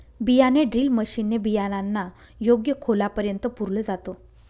बियाणे drill machine ने बियाणांना योग्य खोलापर्यंत पुरल जात